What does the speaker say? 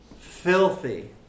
filthy